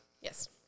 Yes